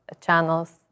channels